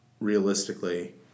realistically